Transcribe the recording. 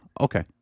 okay